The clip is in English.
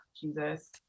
jesus